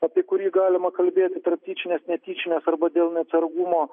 apie kurį galima kalbėti tarp tyčinės netyčinės arba dėl neatsargumo